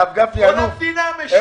כל המדינה משונה.